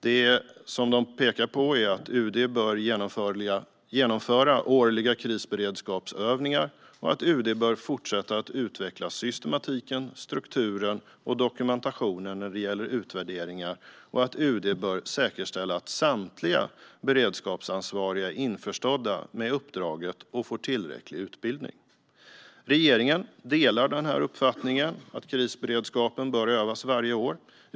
Det som de pekar på är att UD bör genomföra årliga krisberedskapsövningar, att UD bör fortsätta att utveckla systematiken, strukturen och dokumentationen när det gäller utvärderingar och att UD bör säkerställa att samtliga beredskapsansvariga är införstådda med uppdraget och får tillräcklig utbildning. Regeringen delar uppfattningen att krisberedskapen bör övas varje år.